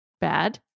bad